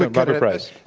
but but bryce.